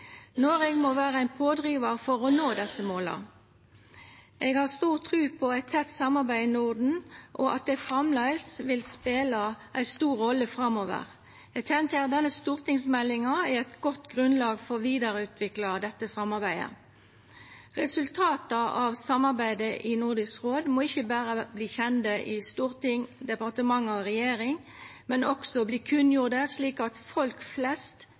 Noreg må vera ein pådrivar for å nå desse måla. Eg har stor tru på eit tett samarbeid i Norden, og at det framleis vil spela ei stor rolle framover. Denne stortingsmeldinga er eit godt grunnlag for å vidareutvikla dette samarbeidet. Resultata av samarbeidet i Nordisk råd må ikkje berre verta kjende i Stortinget, departementa og regjeringa, men òg verta kunngjorde slik at folk flest